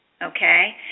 Okay